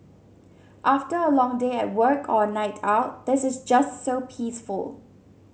after a long day at work or a night out this is just so peaceful